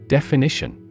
Definition